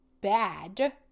bad